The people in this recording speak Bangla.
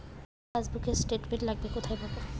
পুরো পাসবুকের স্টেটমেন্ট লাগবে কোথায় পাব?